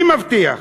מי מבטיח?